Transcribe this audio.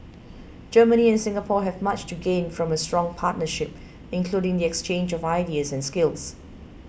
Germany and Singapore have much to gain from a strong partnership including the exchange of ideas and skills